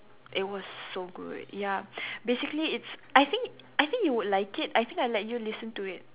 it was so good yup basically it's I think I think you would like it I think I let you listen to it